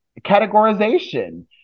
categorization